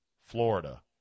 Florida